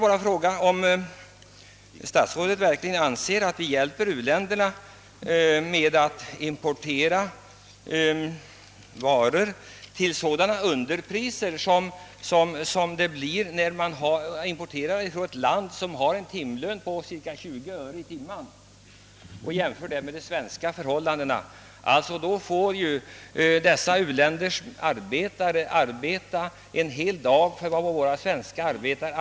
Anser statsrådet verkligen att vi hjälper u-länderna genom att importera varor till sådana underpriser som det blir när exportlandet har en timlön på cirka 20 öre? Dessa u-länders arbetare måste sträva en hel dag för att få vad en svensk arbetare tjänar på cirka en kvarts timme.